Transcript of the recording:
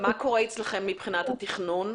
מה קורה אצלכם מבחינת התכנון,